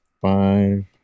Five